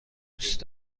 دوست